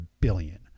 billion